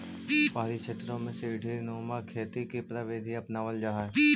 पहाड़ी क्षेत्रों में सीडी नुमा खेती की प्रविधि अपनावाल जा हई